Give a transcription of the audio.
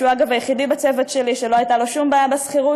שהוא אגב היחידי בצוות שלי שלא הייתה לו שום בעיה בשכירות,